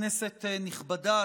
כנסת נכבדה,